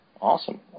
Awesome